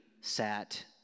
sat